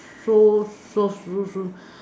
so so so so so